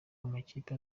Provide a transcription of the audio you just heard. amakipe